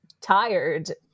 tired